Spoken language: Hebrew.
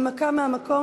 הנמקה מהמקום.